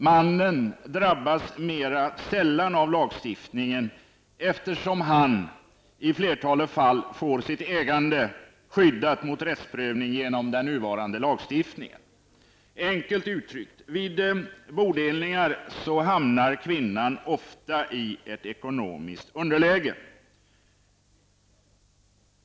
Mannen drabbas mer sällan, eftersom han i flertalet fall får sitt ägande skyddat mot rättsprövning genom den nuvarande lagstiftningen. Enkelt uttryckt: Vid bodelningar hamnar kvinnan ofta i ett ekonomiskt underläge.